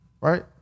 Right